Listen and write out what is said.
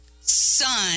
son